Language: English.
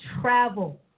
travel